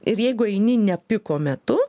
ir jeigu eini ne piko metu